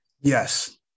Yes